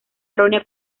errónea